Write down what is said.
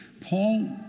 Paul